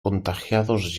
contagiados